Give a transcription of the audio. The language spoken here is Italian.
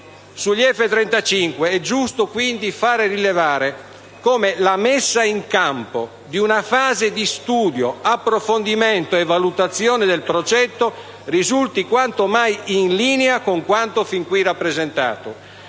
degli F-35 è giusto, quindi, far rilevare come la messa in campo di una fase di studio, approfondimento e valutazione del progetto risulti quanto mai in linea con quanto fin qui rappresentato.